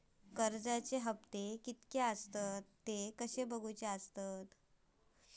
कर्जच्या हप्ते किती आसत ते कसे बगतलव?